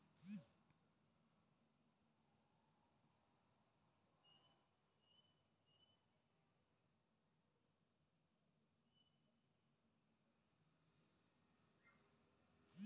सोंडे, घुंग पिकाले लागू नये म्हनून का कराच पायजे?